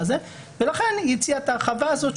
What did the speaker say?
ולכן היא הציעה את ההרחבה הזאת,